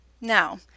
Now